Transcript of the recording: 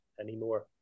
anymore